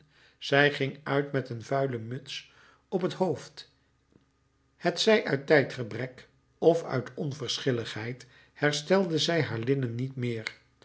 zij ging uit met een vuile muts op het hoofd het zij uit tijdgebrek of uit onverschilligheid herstelde zij haar linnen niet meer